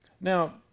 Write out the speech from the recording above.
Now